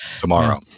tomorrow